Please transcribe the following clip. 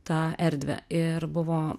tą erdvę ir buvo